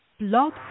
Blog